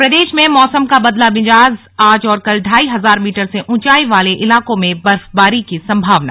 और प्रदेश में मौसम का बदला मिजाजआज और कल ढाई हजार मीटर से ऊंचाई वाले इलाकों में बर्फबारी की संभावना